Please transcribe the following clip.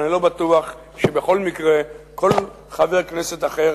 אבל אני לא בטוח שבכל מקרה כל חבר כנסת אחר